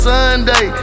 Sunday